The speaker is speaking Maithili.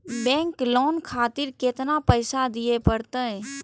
बैंक लोन खातीर केतना पैसा दीये परतें?